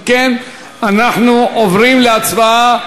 אם כן, אנחנו עוברים להצבעה.